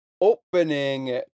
opening